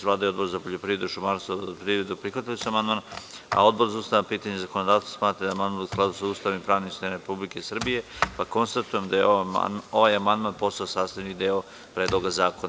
Vlada i Odbor za poljoprivredu, šumarstvo i vodoprivredu prihvatili su amandman, a Odbor za ustavna pitanja i zakonodavstvo smatra da je amandman u skladu sa Ustavom i pravnim sistemom Republike Srbije, pa konstatujem da je ovaj amandman postao sastavni deo Predloga zakona.